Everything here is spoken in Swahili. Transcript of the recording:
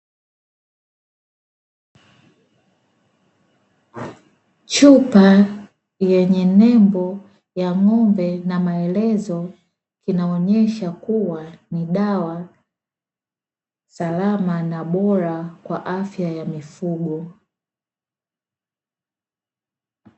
Chupa yenye nembo ya ng’ombe na maelezo, kinaonyesha kuwa ni dawa salama na bora kwa afya mifugo.